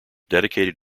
dedicated